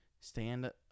stand